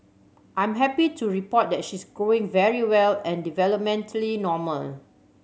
I'm happy to report that she's growing very well and developmentally normal